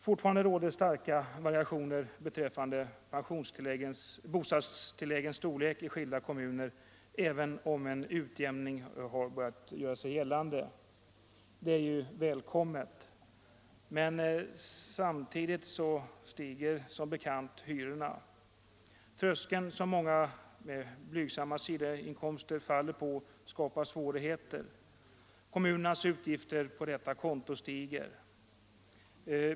Fortfarande råder det starka variationer beträffande bostadstilläggens storlek i skilda kommuner, även om en utjämning har börjat göra sig gällande. Detta är välkommet. Men samtidigt stiger som bekant hyrorna. Tröskeln som många med blygsamma sidoinkomster faller på skapar svårigheter. Kommunernas utgifter på detta konto stiger.